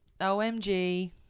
OMG